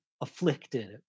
afflicted